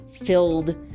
filled